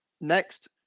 Next